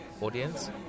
audience